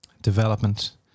development